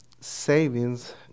savings